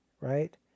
right